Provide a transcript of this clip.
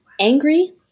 angry